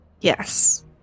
Yes